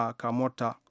kamota